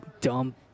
dumb